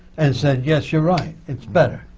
and said, yes, you're right, it's better.